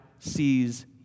Sees